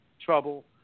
trouble